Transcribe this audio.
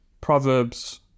proverbs